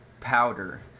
powder